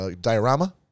diorama